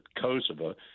Kosovo